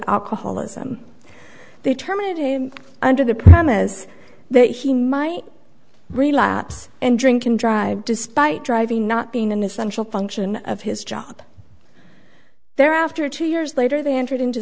alcoholism they terminated him under the premise that he might relapse and drink and drive despite driving not being an essential function of his job there after two years later they entered into